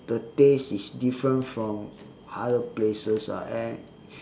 the taste is different from other places ah and